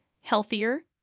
healthier